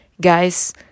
guys